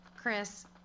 Chris